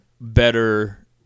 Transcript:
better